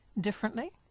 Differently